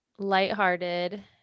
lighthearted